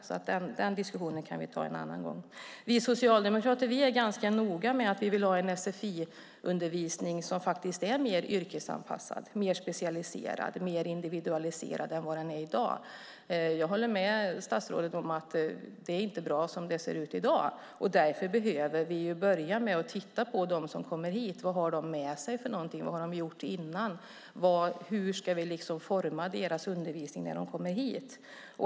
Men den diskussionen kan vi ta en annan gång. Vi socialdemokrater är ganska noga med att vi vill ha en sfi-undervisning som är mer yrkesanpassad, mer specialiserad, mer individualiserad än vad den är i dag. Jag håller med statsrådet om att det inte är bra som det ser ut i dag. Därför måste vi börja med att titta på dem som kommer hit för att se vad de har med sig och vad de gjort innan för att veta hur vi ska forma deras undervisning när de kommer hit.